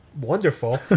wonderful